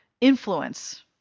influence